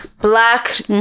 black